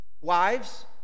Wives